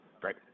great